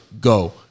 Go